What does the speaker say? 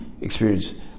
experience